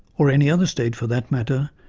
or any other state for that matter,